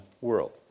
world